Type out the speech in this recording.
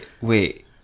Wait